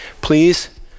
please